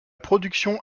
production